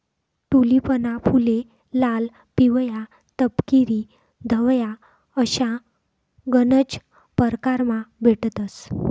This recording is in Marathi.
टूलिपना फुले लाल, पिवया, तपकिरी, धवया अशा गनज परकारमा भेटतंस